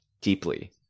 deeply